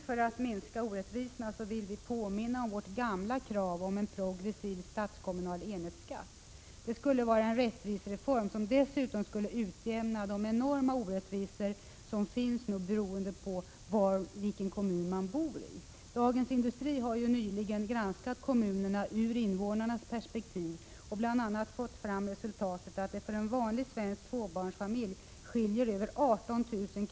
För att minska orättvisorna vill vi påminna om vårt gamla krav på en progressiv statskommunal enhetsskatt. Det skulle vara en rättvisereform, som dess utom eliminerade de enorma orättvisor som finns beroende på i vilken kommun man bor. Dagens Industri har nyligen granskat kommunerna ur invånarnas perspektiv och bl.a. kommit fram till att det för en vanlig tvåbarnsfamilj skiljer över 18 000 kr.